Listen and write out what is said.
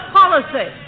policy